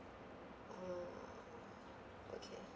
ah okay